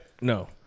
no